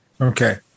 Okay